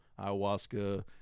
ayahuasca